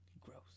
Gross